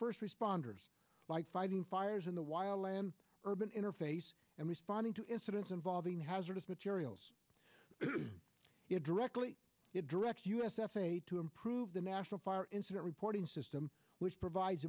first responders like fighting fires in the wild land urban interface and responding to incidents involving hazardous materials it directly it directs us f a a to improve the national fire incident reporting system which provides